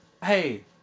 Hey